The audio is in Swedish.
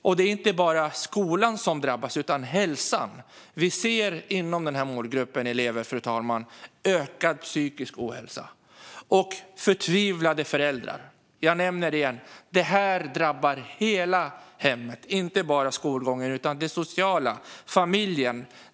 Och det är inte bara skolan som drabbas utan även hälsan. Vi ser inom den här målgruppen elever, fru talman, ökad psykisk ohälsa och förtvivlade föräldrar. Jag nämner det igen: Det här drabbar hela hemmet, inte bara skolgången utan även det sociala, familjen.